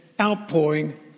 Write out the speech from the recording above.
outpouring